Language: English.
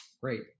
Great